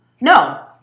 No